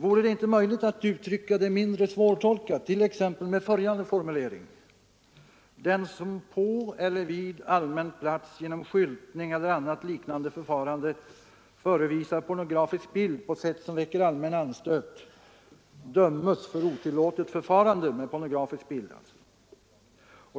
Vore det inte möjligt att uttrycka det mindre svårtolkat, t.ex. med följande formulering: Den som på eller vid allmän plats genom skyltning eller annat liknande förfarande förevisar pornografisk bild på sätt som väcker allmän anstöt dömes för otillåtet förfarande med pornografisk bild.